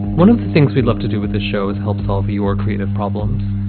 one of the things we'd love to do with this show is help solve your creative problems,